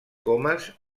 comes